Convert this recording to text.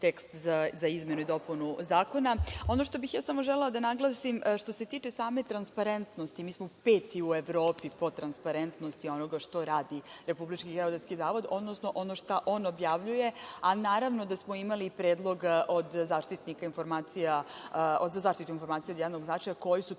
tekst za imenu i dopunu zakona. Ono što bih samo želela da naglasim, što se tiče same transparentnosti, mi smo peti u Evropi po transparentnosti onog što radi Republički geodetski zavod, odnosno ono šta on objavljuje. Naravno i da smo imali predlog od Poverenika za zaštitu informacija od javnog značaja koji su to